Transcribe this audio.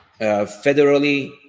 Federally